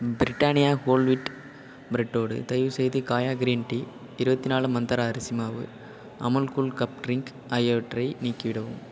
Britannia whole wheat ப்ரெட்டோடு தயவுசெய்து காயா க்ரீன் டீ இருபத்தி நாலு மந்த்தரா அரிசி மாவு அமுல் கூல் கப் ட்ரிங்க் ஆகியவற்றை நீக்கிவிடவும்